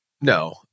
No